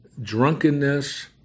drunkenness